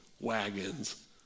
wagons